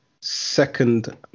second